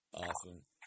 awesome